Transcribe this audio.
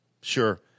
sure